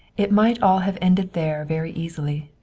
it might all have ended there very easily.